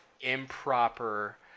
improper